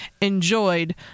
enjoyed